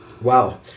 wow